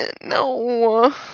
No